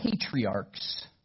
patriarchs